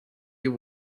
you